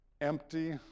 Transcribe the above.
empty